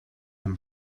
him